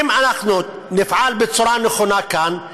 אם נפעל בצורה נכונה כאן,